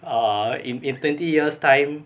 err in in twenty years' time